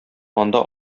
анда